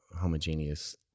homogeneous